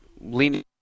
leaning